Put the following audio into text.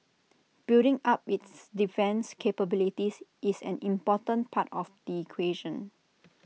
building up its defence capabilities is an important part of the equation